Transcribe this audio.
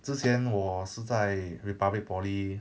之前我是在 Republic Poly